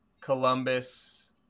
Columbus